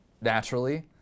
naturally